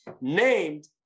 named